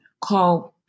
called